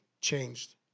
changed